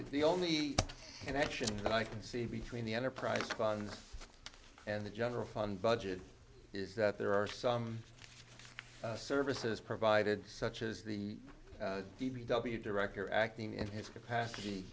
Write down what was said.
the only connection that i can see between the enterprise fund and the general fund budget is that there are some services provided such as the d v w director acting in his capacity